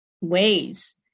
ways